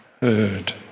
heard